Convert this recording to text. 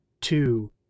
two